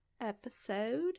episode